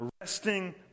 resting